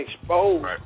exposed